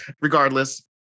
Regardless